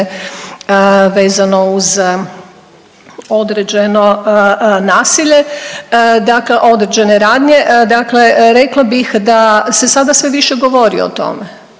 vezano uz određeno nasilje, dakle određene radnje, dakle rekla bih da se sada sve više govori o tome.